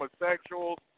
homosexuals